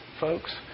folks